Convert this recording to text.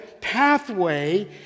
pathway